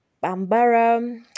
Bambara